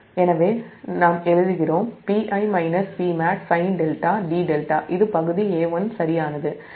எனவே நாம் எழுதுகிறோம் Pi Pmax sin δdδ இது பகுதி A1 சரியானது